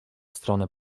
stronę